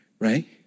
right